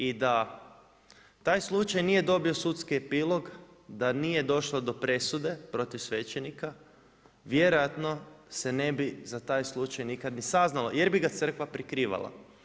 I da taj slučaj nije dobio sudski epilog da nije došlo do presude protiv svećenika, vjerojatno se ne bi za taj slučaj nikad ni saznalo jer bi ga crkva prikrivala.